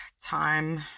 time